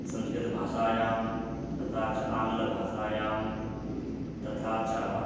संस्कृतभाषायां तथा च आङ्ग्लभाषायां तथा च